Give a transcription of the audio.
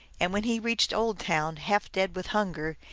and when he reached old town, half dead with hunger,